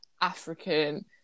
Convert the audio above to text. African